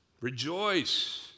Rejoice